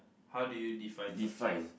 how do you define success